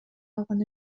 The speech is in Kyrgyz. алган